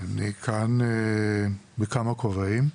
אני כאן בכמה כובעים: